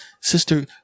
sister